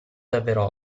davvero